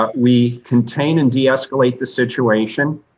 ah we contain and de-escalate the situation.